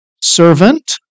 servant